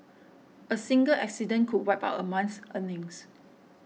a single accident could wipe out a month's earnings